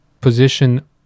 position